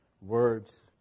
words